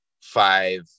five